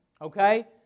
Okay